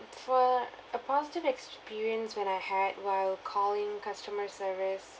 for a positive experience when I had while calling customer service